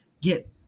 get